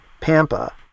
Pampa